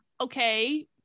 Okay